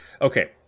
Okay